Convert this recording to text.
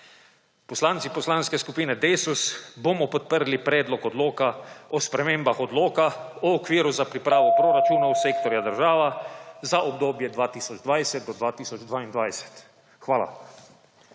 Poslanci poslanske skupine Desus bomo podprli Predlog odloka o spremembah odloka o okviru za pripravo proračunov sektorja država za obdobje 2020 do 2022. Hvala.